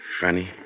Funny